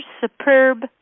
Superb